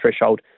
threshold